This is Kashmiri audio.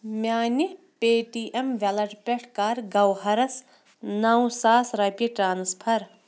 میٛانہِ پے ٹی ایٚم ویلٹ پیٚٹھٕ کَر گَوہرس نو ساس رۄپیہِ ٹرٛانسفر